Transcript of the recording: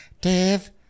Dave